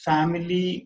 Family